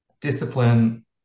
discipline